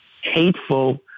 hateful